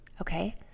Okay